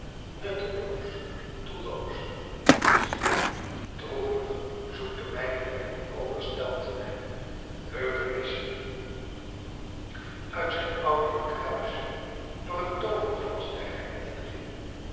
nutteloos doelloos niets droevig zoete mijmeringen overstelpten hem heugenissen uit zijn ouderlijk huis door het tooverglas der